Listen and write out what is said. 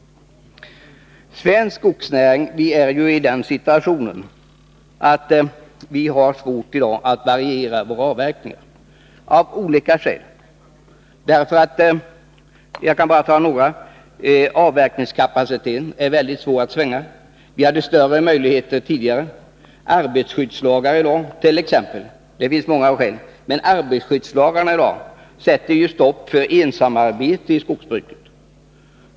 Svensk skogsnäring är i den situationen att vi av olika skäl har svårt att variera avverkningarna. Jag kan bara ta några exempel. Avverkningskapaciteten är mycket svår att svänga. Vi hade större möjligheter tidigare. Arbetarskyddslagarna är ett skäl. De sätter stopp för ensamarbete i skogsbruket.